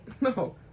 No